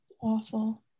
Awful